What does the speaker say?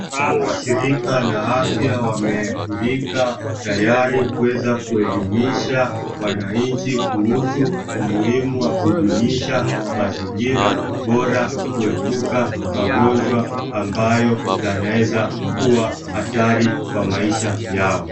Umu wa shirika la afya wamefurika tayari kuweza kuelemisha wananchi kuhusu umuhimu wa kudunisha mazingira bora kuepuka magonjwa ambao yanaweza kuwa hatari kwa maisha yao.